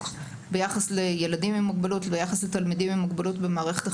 ביחס לילדים עם מוגבלות וביחס לתלמידים עם מוגבלות במערכת החינוך.